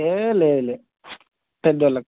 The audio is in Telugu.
ఏ లె లె పెద్దోళ్ళకి